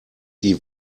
die